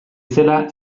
zela